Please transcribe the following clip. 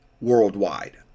worldwide